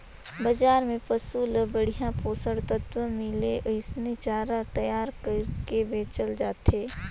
बजार में पसु ल बड़िहा पोषक तत्व मिले ओइसने चारा तईयार कइर के बेचल जाथे